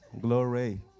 Glory